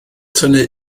tynnu